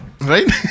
Right